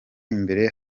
imbere